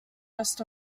west